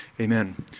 amen